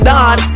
Don